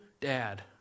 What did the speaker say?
dad